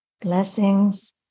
blessings